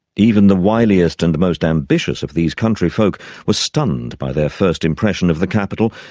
even the wiliest and the most ambitious of these country folk were stunned by their first impression of the capital,